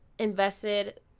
Invested